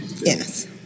Yes